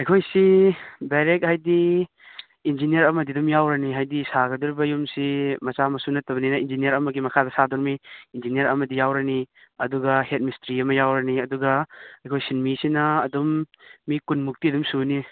ꯑꯩꯈꯣꯏꯁꯤ ꯗꯥꯏꯔꯦꯛ ꯍꯥꯏꯗꯤ ꯏꯟꯖꯤꯅꯤꯌꯔ ꯑꯃꯗꯤ ꯑꯗꯨꯝ ꯌꯥꯎꯔꯅꯤ ꯍꯥꯏꯗꯤ ꯁꯥꯒꯗꯧꯔꯤꯕ ꯌꯨꯝꯁꯤ ꯃꯆꯥ ꯃꯁꯨ ꯅꯠꯇꯕꯅꯤꯅ ꯏꯟꯖꯤꯅꯤꯌꯔ ꯑꯃꯒꯤ ꯃꯈꯥꯗ ꯁꯥꯗꯧꯔꯤꯕꯅꯤ ꯏꯟꯖꯤꯅꯤꯌꯔ ꯑꯃꯗꯤ ꯌꯥꯎꯔꯅꯤ ꯑꯗꯨꯒ ꯍꯦꯠ ꯃꯤꯁꯇ꯭ꯔꯤ ꯑꯃ ꯌꯥꯎꯔꯅꯤ ꯑꯗꯨꯒ ꯑꯩꯈꯣꯏ ꯁꯤꯟꯃꯤꯁꯤꯅ ꯑꯗꯨꯝ ꯃꯤ ꯀꯨꯟꯃꯨꯛꯇꯤ ꯑꯗꯨꯝ ꯁꯨꯅꯤ